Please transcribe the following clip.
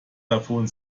davon